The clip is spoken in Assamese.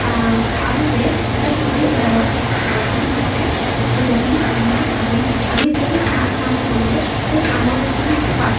আনহাতে এটা খুবেই সহজ কিটিপ আছে যদি আমি আমি আমি যিহেতু চাহ খাওঁ সকলোৱে সেই চাহৰ যিখিনি চাহপাত